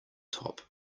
top